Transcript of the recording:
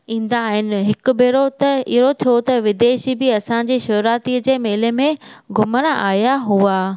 ईंदा आहिनि हिकु भेरो त इहो थियो त विदेशी बि असांजे शिवरात्रीअ जे मेले में घुमणु आया हुआ